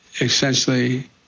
essentially